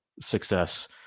success